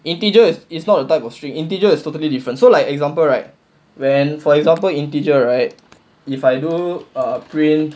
integer is is not a type of string integer is totally different so like example right when for example integer right if I do err print